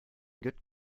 good